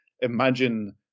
Imagine